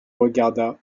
regarda